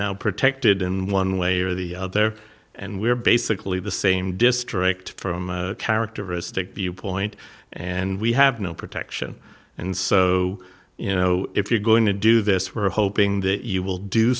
now protected in one way or the there and we're basically the same district from characteristic viewpoint and we have no protection and so you know if you're going to do this we're hoping that you will do